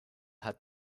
hat